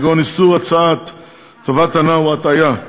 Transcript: כגון איסור טובת הנאה או הטעיה,